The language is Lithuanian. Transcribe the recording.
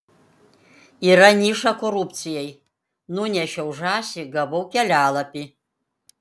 yra niša korupcijai nunešiau žąsį gavau kelialapį